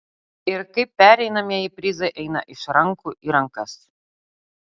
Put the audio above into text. ir kaip pereinamieji prizai eina iš rankų į rankas